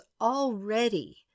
already